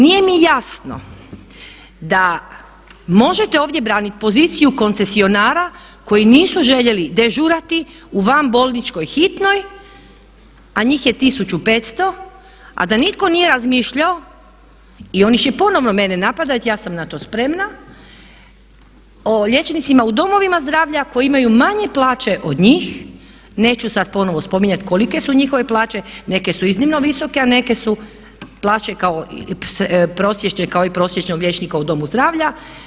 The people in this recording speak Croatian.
Nije mi jasno da možete ovdje braniti poziciju koncesionara koji nisu željeli dežurati u vanbolničkoj hitnoj a njih je 1500 a da nitko nije razmišljao i oni će ponovno mene napadati, ja sam na to spremna, o liječnicima u domovima zdravlja koji imaju manje plaće od njih, neću sada ponovno spominjati kolike su njihove plaće, neke su iznimno visoke, a neke su plaće prosječne kao i prosječnog liječnika u domu zdravlja.